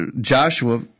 Joshua